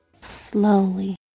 Slowly